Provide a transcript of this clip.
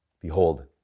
Behold